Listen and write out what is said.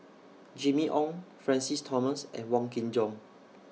Jimmy Ong Francis Thomas and Wong Kin Jong